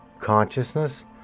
consciousness